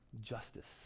justice